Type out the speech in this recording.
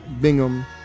Bingham